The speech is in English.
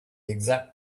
exact